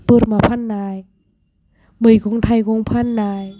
बोरमा फाननाय मैगं थाइगं फाननाय